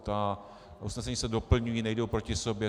Ta usnesení se doplňují, nejdou proti sobě.